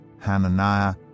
Hananiah